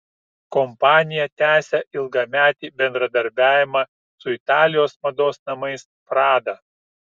kompanija tęsia ilgametį bendradarbiavimą su italijos mados namais prada